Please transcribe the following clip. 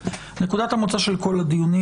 נקודת המוצא של כל הדיונים,